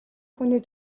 хүний